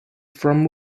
from